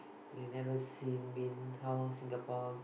they never seen been how Singapore